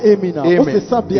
Amen